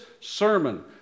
sermon